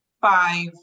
five